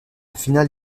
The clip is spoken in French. finale